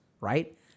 right